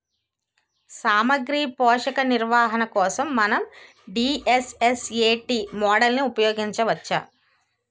సామాగ్రి పోషక నిర్వహణ కోసం మనం డి.ఎస్.ఎస్.ఎ.టీ మోడల్ని ఉపయోగించవచ్చా?